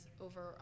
over